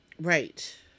Right